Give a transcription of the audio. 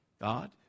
God